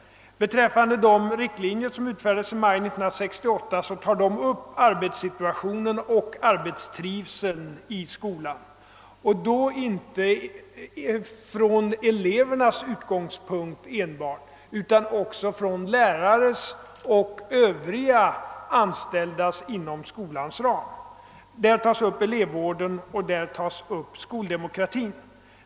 Vad beträffar de riktlinjer som utfärdades i maj 1968, så avser de arbetssituationen och arbetstrivseln i skolan -— och inte enbart för eleverna utan också för lärarna och övriga anställda inom skolan. I sammanhanget behandlas elevvården och skoldemokratin.